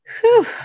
whew